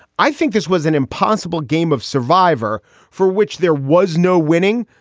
i think this was an impossible game of survivor for which there was no winning.